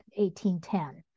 1810